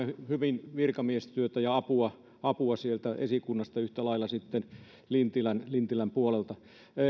hyvin virkamiestyötä ja apua sieltä esikunnasta yhtä lailla sitten lintilän lintilän puolelta